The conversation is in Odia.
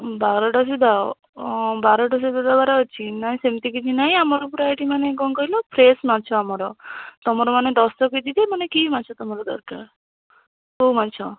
ବାରଟା ସୁଦ୍ଧା ବାରଟା ସୁଦ୍ଧା ଦେବାରେ ଅଛି ନାହିଁ ସେମିତି କିଛି ନାହିଁ ଆମର ପୁରା ଏଇଠି ମାନେ କ'ଣ କହିଲ ଫ୍ରେଶ୍ ମାଛ ଆମର ତମର ମାନେ ଦଶ କେଜି ଯେ ମାନେ କି ମାଛ ତମର ଦରକାର କେଉଁ ମାଛ